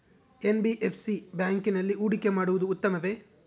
NBFC ಬ್ಯಾಂಕಿನಲ್ಲಿ ಹೂಡಿಕೆ ಮಾಡುವುದು ಉತ್ತಮವೆ?